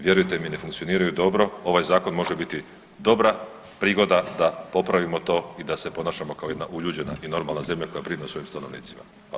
Vjerujte mi ne funkcioniraju dobro, ovaj zakon može biti dobra prigoda da popravimo to i da se ponašamo kako jedna uljuđena i normalna zemlja koje brine o svojim stanovnicima.